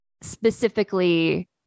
specifically